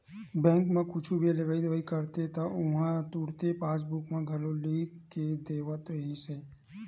bank म कुछु भी लेवइ देवइ करते त उहां तुरते पासबूक म घलो लिख के देवत रिहिस हे